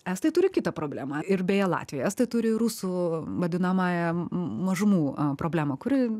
estai turi kitą problemą ir beje latviai estai turi rusų vadinamąją mažumų problemą kuri